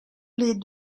les